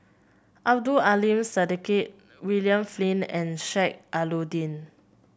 Abdul Aleem Siddique William Flint and Sheik Alau'ddin